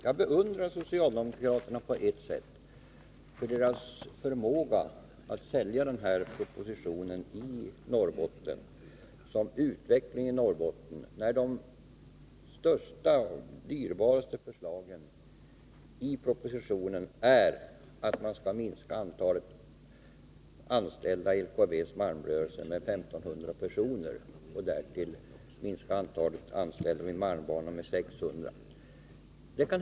Jag beundrar socialdemokraterna för deras förmåga att sälja den här propositionen som en utveckling i Norrbotten, när de största och dyrbaraste förslagen i propositionen är att minska antalet anställda i LKAB:s malmrörelse med 1500 personer och därtill minska antalet anställda vid malmbanan med 600 personer.